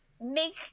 make